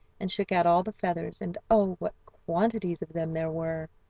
and shook out all the feathers, and oh! what quantities of them there were!